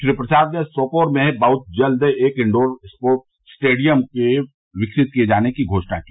श्री प्रसाद ने सोपोर में बहुत जल्द एक इंडोर स्पोर्टस स्टेडियम को विकसित किए जाने की घोषणा की